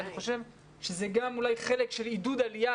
אני חושב שזה גם חלק של עידוד עלייה,